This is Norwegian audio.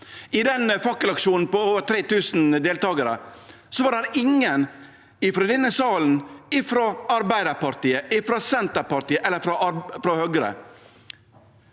I den fakkelaksjonen med over 3 000 deltakarar var ingen frå denne salen frå Arbeidarpartiet, frå Senterpartiet eller frå Høgre.